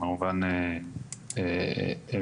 כמובן הם